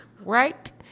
right